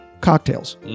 cocktails